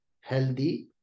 healthy